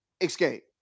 Escape